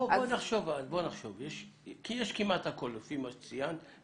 בואו נחשוב כי יש כמעט הכול לפי מה שציינת.